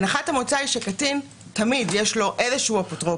הנחת המוצא היא שלקטין תמיד יש איזשהו אפוטרופוס